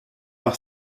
par